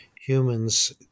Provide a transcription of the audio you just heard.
humans